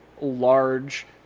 large